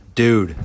Dude